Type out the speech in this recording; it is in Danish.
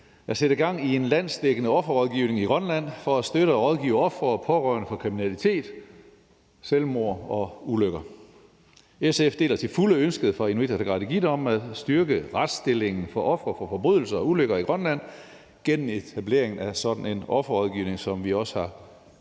at sætte gang i en landsdækkende offerrådgivning i Grønland for at støtte og rådgive ofre for kriminalitet, selvmord og ulykker og deres pårørende. SF deler til fulde ønsket fra Inuit Ataqatigiit om at styrke retsstillingen for ofre for forbrydelser og ulykker i Grønland gennem etablering af sådan en offerrådgivning, som vi også har